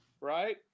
Right